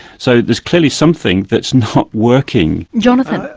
so there's clearly something that's not working. jonathan.